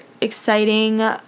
exciting